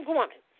woman